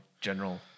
general